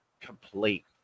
complete